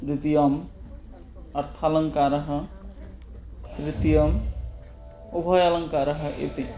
द्वितीयम् अर्थालङ्कारः तृतीयम् उभयालङ्कारः इति